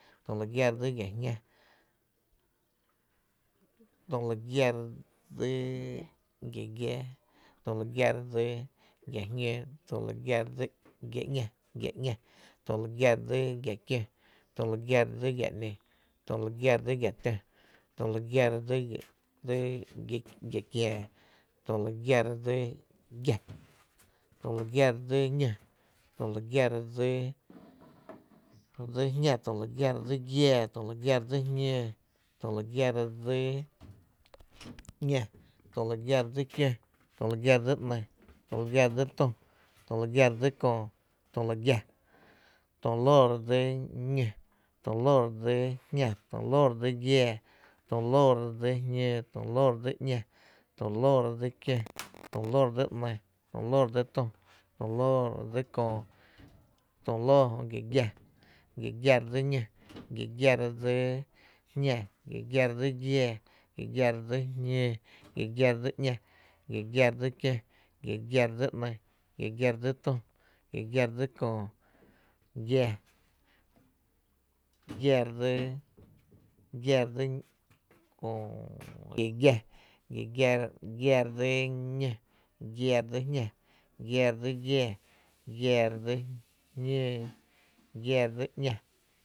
tü lu gia dsi giⱥ jñóó, tü lu gia dsi giⱥ ‘ña, tü lu gia dsi giⱥ kió, tü lu gia dsi giⱥ ‘nï, tü lu gia dsi giⱥ tö, tü lu gia dsi giⱥ kiää, tü lu gia dsi giⱥ, tü lu gia dsi ñó, tü lu gia dsi jñá, tü lu gia dsi giⱥá, tü lu gia dsi jñóó, tü lu gia dsi ‘ña, tü lu gia dsi kió, tü lu gia dsi ‘ny, tü lu gia dsi tu, tü lu gia dsi köö, tü lu giⱥ, tulóó dsi ñó, tulóó dsi jñá, tulóó dsi giⱥⱥ, tulóó dsi jñóo, tulóó dsi ‘ña, tulóó dsi kió, tulóó dsi ‘ny, tulóó dsi tü, tulóó dsi köö, tulóó, gi giⱥ, dsi ñó, gi giⱥ dsi jñá, gi giⱥ dsi giⱥá, gi giⱥ dsi jñóó, gi giⱥ dsi ‘ña, gi giⱥ dsi kió, gi giⱥ dsi ‘ny, gi giⱥ dsi tü, gi giⱥ dsi köö, gi giⱥ, giⱥⱥ re dsi ñó, giⱥⱥ re dsi jñá, giⱥⱥ re dsi giⱥá, giⱥⱥ re dsi jñóo, giⱥⱥ re dsi ‘ña.